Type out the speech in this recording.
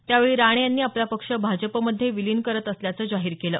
त्यावेळी राणे यांनी आपला पक्ष भाजपमध्ये विलीन करत असल्याचं जाहीर केलं